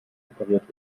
repariert